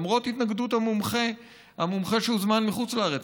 למרות התנגדות המומחה שהוזמן מחוץ לארץ.